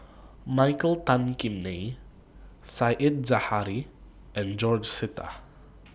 Michael Tan Kim Nei Said Zahari and George Sita